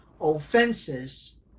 offenses